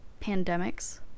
pandemics